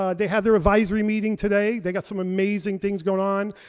ah they had their advisory meeting today. they got some amazing things going on.